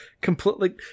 completely